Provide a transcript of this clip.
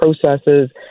processes